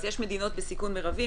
יש מדינות בסיכון מרבי,